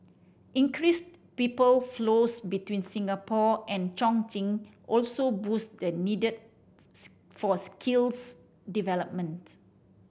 increased people flows between Singapore and Chongqing also boost the need for skills development